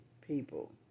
people